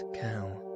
cow